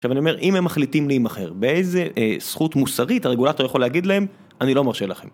עכשיו אני אומר, אם הם מחליטים להימכר, באיזה אה... זכות מוסרית, הרגולטור יכול להגיד להם, אני לא מרשה לכם.